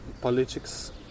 politics